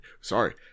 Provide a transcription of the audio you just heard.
Sorry